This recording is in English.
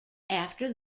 after